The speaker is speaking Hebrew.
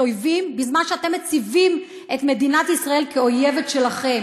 אויבים בזמן שאתם מציבים את מדינת ישראל כאויבת שלכם.